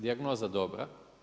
Dijagnoza dobra.